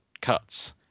cuts